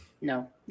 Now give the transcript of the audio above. no